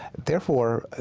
therefore,